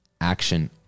action